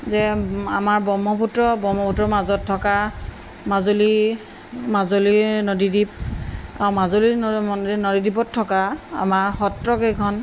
যে আমাৰ ব্ৰহ্মপুত্ৰ ব্ৰহ্মপুত্ৰৰ মাজত থকা মাজুলী মাজুলী নদীদ্বীপ আৰু মাজুলীৰ নদীদ্বীপত থকা আমাৰ সত্ৰ কেইখন